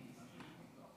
קורבנות, )